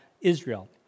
Israel